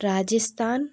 Rajasthan